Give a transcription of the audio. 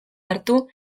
hartu